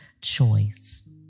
choice